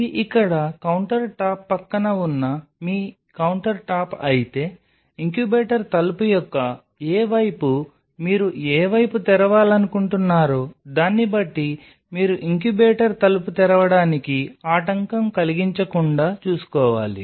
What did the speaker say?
ఇది ఇక్కడ కౌంటర్టాప్ పక్కన ఉన్న మీ కౌంటర్టాప్ అయితే ఇంక్యుబేటర్ తలుపు యొక్క ఏ వైపు మీరు ఏ వైపు తెరవాలనుకుంటున్నారో దాన్ని బట్టి మీరు ఇంక్యుబేటర్ తలుపు తెరవడానికి ఆటంకం కలిగించకుండా చూసుకోవాలి